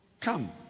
Come